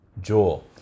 Jewel